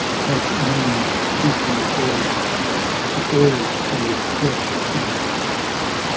had moaned a dismal dirge to all save death and night.